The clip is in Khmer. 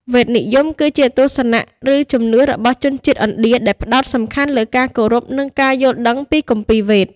វេទនិយម គឺជាទស្សនៈ ឬជំនឿរបស់ជនជាតិឥណ្ឌា ដែលផ្ដោតសំខាន់លើការគោរព និងការយល់ដឹងពីគម្ពីរ វេទ។